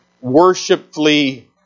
worshipfully